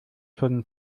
von